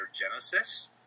Genesis